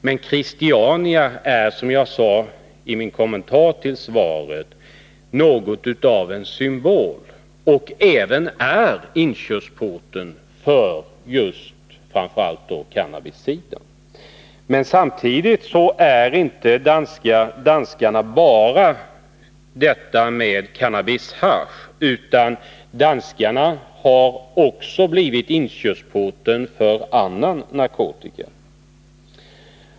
Men Christiania är, som jag sade i min kommentar till statsrådets svar, något av en symbol och även inkörsporten för framför allt cannabisbruket till den nordiska marknaden. Men Danmark är aktuellt inte bara när det gäller hasch utan har också blivit inkörsporten för annan narkotika.